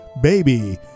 baby